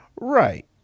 Right